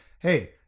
Hey